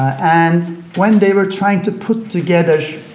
and when they were trying to put together,